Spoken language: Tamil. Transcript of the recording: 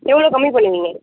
எவ்வளோ கம்மி பண்ணுவீங்க